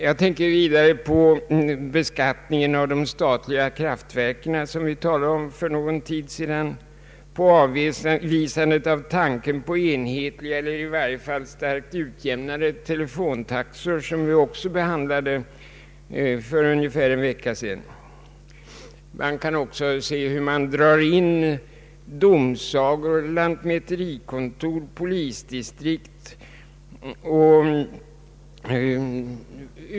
Jag tänker vidare på beskattningen av de statliga kraftverken, som vi talade om för en tid sedan, samt på avvisandet av tanken på enhetliga eller i varje fall starkt utjämnade telefontaxor, som vi ju också behandlade för ungefär en vecka sedan. Vi kan också se hur man drar in domsagor, lantmäterikontor, polisdistrikt.